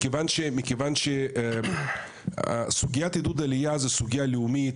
מכיוון שסוגיית עידוד עלייה זה סוגייה לאומית,